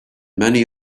many